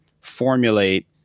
formulate